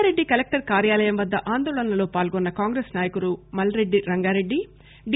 Rangareddy collector కార్యాలయం వద్ద ఆందోళనలో పాల్గొన్న కాంగ్రెస్ నాయకులు మల్రెడ్డి రంగారెడ్డి డి